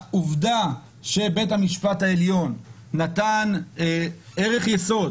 העובדה שבית המשפט העליון נתן ערך יסוד